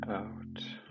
out